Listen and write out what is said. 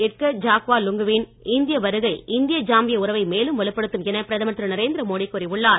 Edgar Chagwa Lungu வின் இந்திய வருகை இந்திய ஜாம்பிய உறவை மேலும் வலுப்படுத்தும் என பிரதமர் திரு நரேந்திர மோடி கூறியுள்ளார்